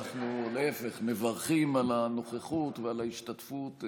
להפך, אנחנו מברכים על הנוכחות ועל ההשתתפות.